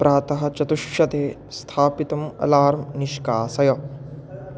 प्रातः चतुश्शते स्थापितम् अलार्म् निष्कासय